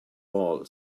all